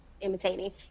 Imitating